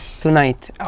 Tonight